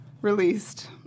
released